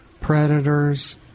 predators